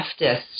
leftist